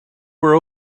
were